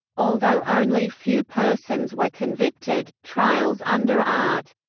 although only few persons were convicted, trials under art.